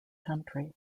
country